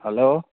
hello